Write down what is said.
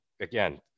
again